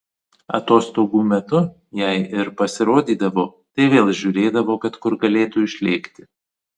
atostogų metu jei ir pasirodydavo tai vėl žiūrėdavo kad kur galėtų išlėkti